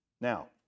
Now